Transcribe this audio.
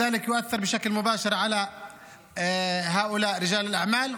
הדבר משפיע באופן ישיר על אנשי העסקים האלה,